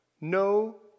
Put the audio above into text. no